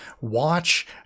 watch